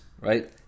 right